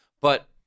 but-